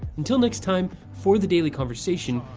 until next time, for the daily conversation,